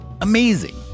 amazing